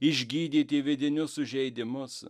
išgydyti vidinius sužeidimus